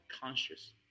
conscious